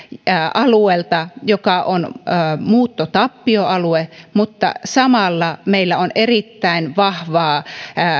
alueelta joka on muuttotappioalue mutta samalla meillä on erittäin vahvaa